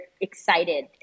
excited